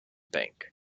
bank